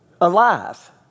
Alive